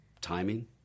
timing